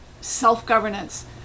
Self-governance